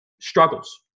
struggles